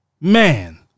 Man